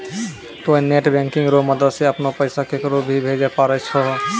तोंय net banking रो मदद से अपनो पैसा केकरो भी भेजै पारै छहो